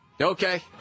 Okay